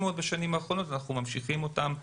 מאוד בשנים האחרונות ואנחנו ממשיכים אותם.